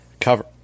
cover